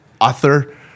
author